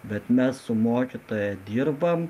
bet mes su mokytoja dirbam